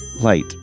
Light